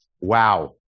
wow